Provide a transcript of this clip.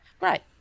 Right